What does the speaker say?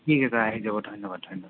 ঠিক আছে আহি যাব ধন্যবাদ